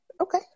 Okay